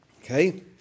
Okay